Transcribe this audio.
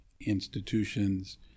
Institutions